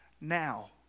now